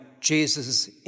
Jesus